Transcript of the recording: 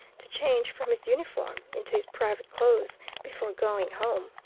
to change from his uniform into his private clothes before going home.